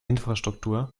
infrastruktur